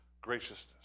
Graciousness